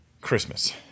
Christmas